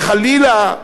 וחלילה,